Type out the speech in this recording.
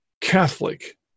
Catholic